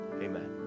Amen